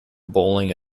bowling